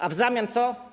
A w zamian co?